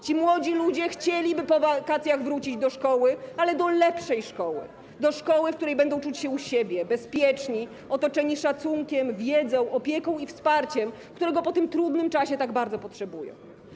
Ci młodzi ludzie chcieliby po wakacjach wrócić do szkoły, ale do lepszej szkoły, do szkoły, w której będą czuć się jak u siebie, bezpieczni, otoczeni szacunkiem, wiedzą, opieką i wsparciem, którego po tym trudnym czasie tak bardzo potrzebują.